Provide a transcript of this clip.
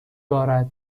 بارد